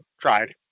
tried